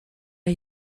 are